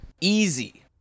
Easy